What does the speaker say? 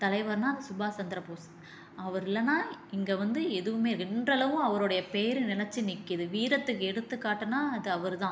தலைவர்னால் அது சுபாஷ் சந்திர போஸ் அவர் இல்லைனா இங்கே வந்து எதுவுமே இன்றளவும் அவரோடைய பேர் நிலச்சி நிற்கிது வீரத்துக்கு எடுத்துக்காட்டுனால் அது அவர் தான்